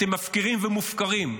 אתם מפקירים ומופקרים.